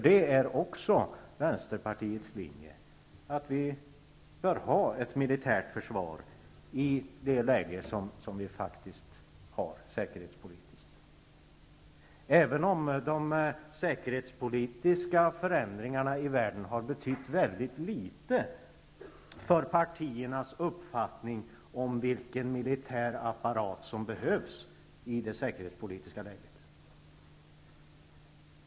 Det är också vänsterpartiets linje att vi bör ha ett militärt försvar i det säkerhetspolitiska läge som vi faktiskt har -- även om de säkerhetspolitiska förändringarna i världen har betytt mycket litet för partiernas uppfattning om vilken militär apparat som behövs.